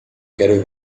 quero